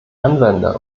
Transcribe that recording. anwender